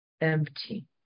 empty